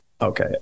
Okay